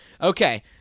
Okay